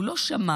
הוא לא שמע,